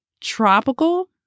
tropical